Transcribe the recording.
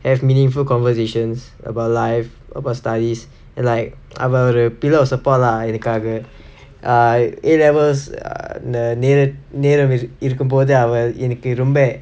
have meaningful conversations about life about studies and like அவன் ஒரு:avan oru a pillar of support lah இருக்காக:irukkaaga err A levels நேர நேர இரு இருக்கும்போது அவ எனக்கு ரொம்ப:nera nera iru irukkumpothu ava enakku romba